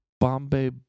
Bombay